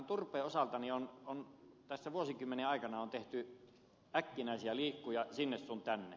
turpeen osalta on tässä vuosikymmenen aikana tehty äkkinäisiä liikkuja sinne sun tänne